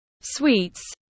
sweets